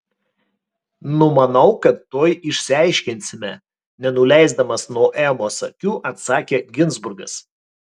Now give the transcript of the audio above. numanau kad tuoj išsiaiškinsime nenuleisdamas nuo emos akių atsakė ginzburgas